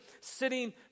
sitting